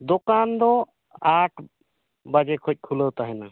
ᱫᱚᱠᱟᱱ ᱫᱚ ᱟᱴ ᱵᱟᱡᱮ ᱠᱷᱚᱱ ᱠᱷᱩᱞᱟᱹᱣ ᱛᱟᱦᱮᱱᱟ